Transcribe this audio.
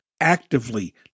actively